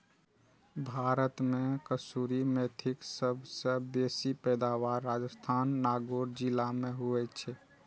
भारत मे कसूरी मेथीक सबसं बेसी पैदावार राजस्थानक नागौर जिला मे होइ छै